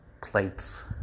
plates